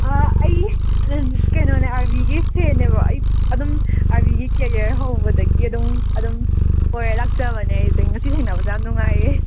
ꯑꯥ ꯑꯩ ꯎꯝ ꯀꯩꯅꯣꯅꯦ ꯑꯥꯔꯕꯤꯒꯤ ꯐꯦꯟꯅꯦꯕ ꯑꯩ ꯑꯗꯨꯝ ꯑꯥꯔꯕꯤꯒꯤ ꯀꯦꯔꯤꯌꯔ ꯍꯧꯕꯗꯒꯤ ꯑꯗꯨꯝ ꯑꯗꯨꯝ ꯑꯣꯏꯔ ꯂꯥꯛꯆꯕꯅꯦ ꯑꯩꯁꯦ ꯉꯁꯤ ꯊꯦꯡꯅꯕꯗ ꯅꯨꯡꯉꯥꯏꯌꯦ